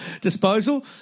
Disposal